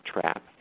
Trap